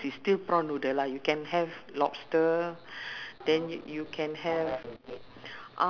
okay uh that's the road the road leading to uh where the mosque is you just go